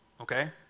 Okay